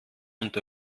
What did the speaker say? und